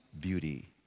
beauty